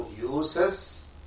uses